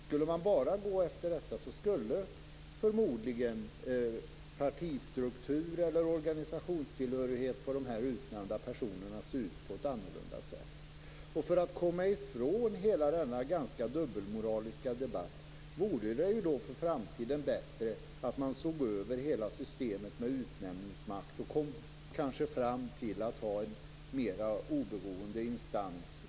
Skulle man bara gå efter detta, skulle förmodligen partistruktur eller organisationstillhörighet för de utnämna personerna se ut på ett annat sätt. För att komma ifrån denna dubbelmoraliska debatt vore det för framtiden bättre att man såg över hela systemet med utnämningsmakt och kanske kom fram till att det vore bättre med en mera oberoende instans.